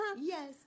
Yes